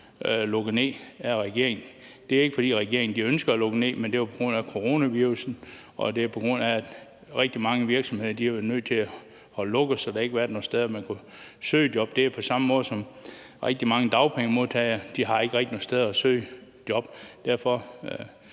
lukket ned af regeringen. Det er jo ikke, fordi regeringen ønsker at lukke det ned, men det er på grund af coronavirussen, og det er på grund af, at rigtig mange virksomheder har været nødt til at holde lukket, så der ikke har været nogen steder, hvor man kunne søge job. Det er på samme måde som for rigtig mange dagpengemodtagere. De har ikke rigtig nogen steder, hvor